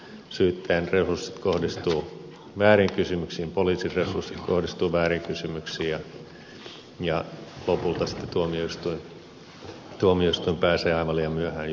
syyttäjän resurssit kohdistuvat vääriin kysymyksiin poliisin resurssit kohdistuvat vääriin kysymyksiin ja lopulta tuomioistuin pääsee aivan liian myöhään juttuun käsiksi